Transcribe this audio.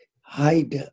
hide